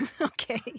Okay